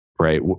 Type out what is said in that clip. right